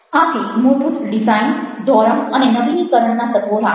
આથી મૂળભૂત ડિઝાઇન ધોરણ અને નવીનીકરણના તત્વો રાખો